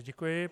Děkuji.